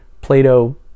Plato